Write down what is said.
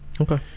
Okay